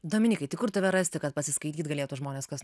dominykai tai kur tave rasti kad pasiskaityt galėtų žmonės kas